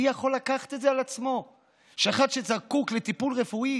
מי יכול לקחת את זה על עצמו שאחד שזקוק לטיפול רפואי